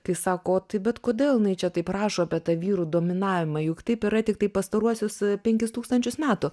kai sako o tai bet kodėl jinai čia taip rašo apie tą vyrų dominavimą juk taip yra tiktai pastaruosius penkis tūkstančius metų